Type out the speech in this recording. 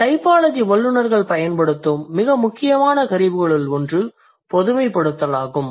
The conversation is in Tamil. டைபாலஜி வல்லுநர்கள் பயன்படுத்தும் மிக முக்கியமான கருவிகளில் ஒன்று பொதுமைப்படுத்தல் ஆகும்